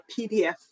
PDF